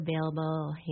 available